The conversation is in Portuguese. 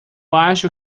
acho